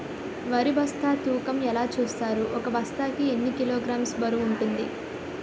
వరి బస్తా తూకం ఎలా చూస్తారు? ఒక బస్తా కి ఎన్ని కిలోగ్రామ్స్ బరువు వుంటుంది?